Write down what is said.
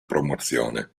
promozione